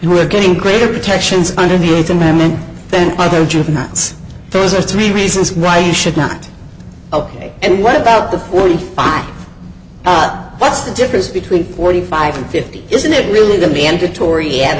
you are getting greater protections under the eighth amendment then by the juveniles those are three reasons why you should not ok and what about the forty five what's the difference between forty five and fifty isn't it really the mandatory